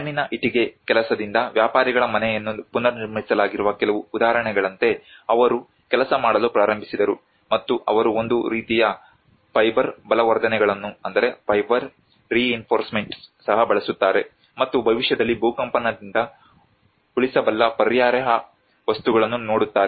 ಮಣ್ಣಿನ ಇಟ್ಟಿಗೆ ಕೆಲಸದಿಂದ ವ್ಯಾಪಾರಿಗಳ ಮನೆಯನ್ನು ಪುನರ್ನಿರ್ಮಿಸಲಾಗಿರುವ ಕೆಲವು ಉದಾಹರಣೆಗಳಂತೆ ಅವರು ಕೆಲಸ ಮಾಡಲು ಪ್ರಾರಂಭಿಸಿದರು ಮತ್ತು ಅವರು ಒಂದು ರೀತಿಯ ಫೈಬರ್ ಬಲವರ್ಧನೆಳನ್ನು ಸಹ ಬಳಸುತ್ತಾರೆ ಮತ್ತು ಭವಿಷ್ಯದಲ್ಲಿ ಭೂಕಂಪನ್ದಿಂದ ಉಳಿಸಬಲ್ಲ ಪರ್ಯಾಯ ವಸ್ತುಗಳನ್ನು ನೋಡುತ್ತಾರೆ